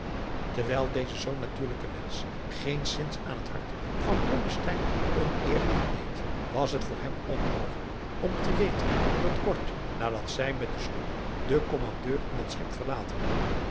terwijl deze zoo natuurlijke wensch geenszins aan het hart van blommesteyn oneer aan deed was het voor hem onmogelijk om te weten dat kort nadat zij met de sloep den kommandeur en het schip verlaten hadden